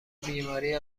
بیماری